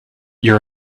your